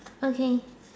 okay